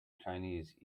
chinese